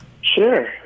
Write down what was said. Sure